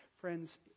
Friends